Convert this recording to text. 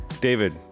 David